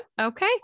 Okay